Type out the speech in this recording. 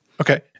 Okay